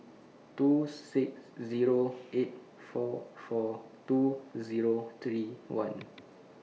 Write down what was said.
two six Zero eight four four two Zero three one